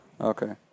Okay